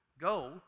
Go